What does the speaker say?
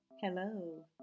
Hello